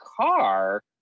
car